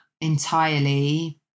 entirely